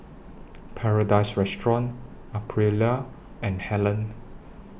Paradise Restaurant Aprilia and Helen